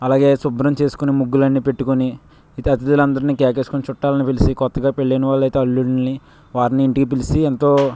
అలాగే శుభ్రం చేసుకుని ముగ్గులన్నీ పెట్టుకుని ఇది అతిధులందరిని కేకేసి చుట్టాలని పిలిచి కొత్తగా పెళ్ళైన వాళ్ళైతే అల్లుల్ని వారిని ఇంటికి పిలిచి ఎంతో